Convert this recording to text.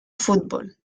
fútbol